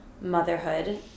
motherhood